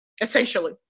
essentially